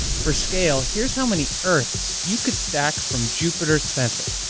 for scale, here's how many earths you could stack from jupiter's center.